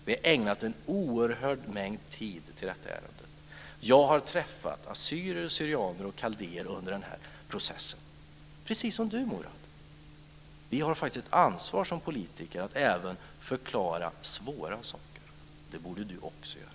Vi har ägnat en oerhört omfattande tid åt detta ärende. Jag har träffat assyrier/syrianer och kaldéer under processen, precis som Murad Artin. Vi har ett ansvar som politiker att förklara även svåra saker. Det borde även Murad Artin göra.